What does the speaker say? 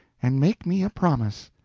and make me a promise.